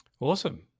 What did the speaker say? Awesome